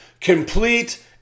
complete